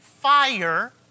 fire